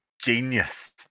genius